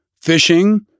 fishing